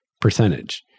percentage